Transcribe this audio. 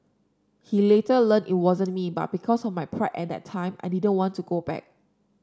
he later learned it wasn't me but because of my pride at that time I didn't want to go back